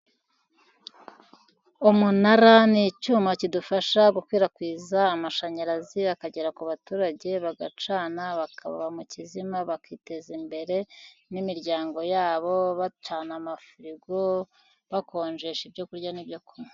Umunara ni icyuma kidufasha gukwirakwiza amashanyarazi akagera ku baturage, bagacana, bakaba mu kizima, bakiteza imbere n'imiryango yabo, bacana amafirigo, bakonjesha ibyo kurya n'ibyo kunywa.